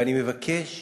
ואני מבקש